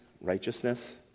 righteousness